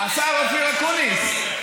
השר אקוניס,